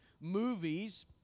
movies